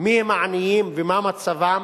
מיהם העניים ומה מצבם,